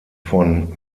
von